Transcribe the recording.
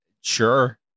Sure